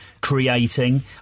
creating